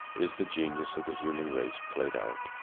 is the genius of the human race played out?